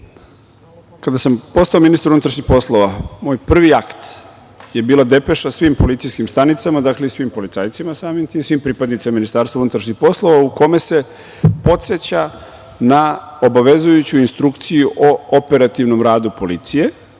sam postao ministar unutrašnjih poslova, moj prvi akt je bila depeša svim policijskim stanicama, dakle, i svim policajcima samim tim, svim pripadnicima Ministarstva unutrašnjih poslova, u kome se podseća na obavezujuću instrukciju o operativnom radu policije,